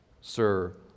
Sir